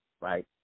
right